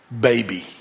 baby